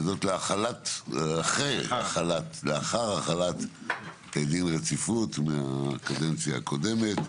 וזאת לאחר החלת דין רציפות מהקדנציה הקודמת.